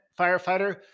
firefighter